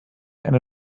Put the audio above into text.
and